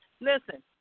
listen